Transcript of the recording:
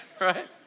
right